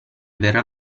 verrà